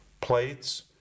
plates